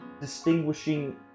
distinguishing